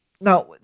now